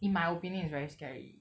in my opinion it's very scary